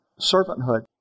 servanthood